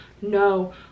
no